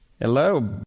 Hello